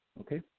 Okay